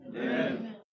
Amen